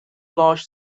large